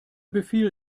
befehl